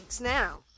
Now